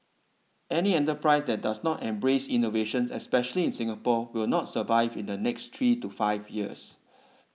any enterprise that does not embrace innovations especially in Singapore will not survive in the next three to five years